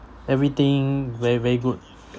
everything very very good